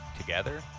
Together